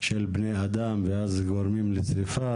של בני אדם גורמת לשריפה,